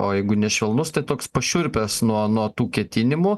o jeigu nešvelnus tai toks pašiurpęs nuo nuo tų ketinimų